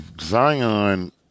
Zion